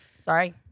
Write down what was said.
Sorry